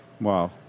Wow